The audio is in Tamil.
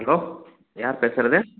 ஹலோ யார் பேசுறது